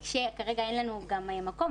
כרגע אין לנו גם מקום,